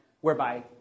whereby